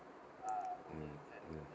mm mm